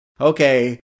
okay